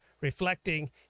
reflecting